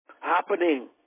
happening